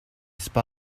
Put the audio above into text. spy